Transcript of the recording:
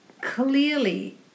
clearly